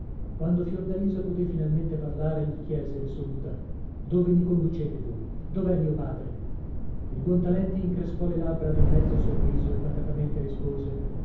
quando fiordalisa potè finalmente parlare gli chiese risoluta dove mi conducete voi dov'è mio padre il buontalenti increspò le labbra ad un mezzo sorriso e pacatamente rispose